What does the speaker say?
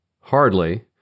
Hardly